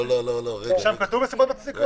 שם כתוב "נסיבות מצדיקות"?